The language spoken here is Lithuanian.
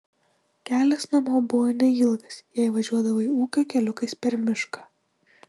kelias namo buvo neilgas jei važiuodavai ūkio keliukais per mišką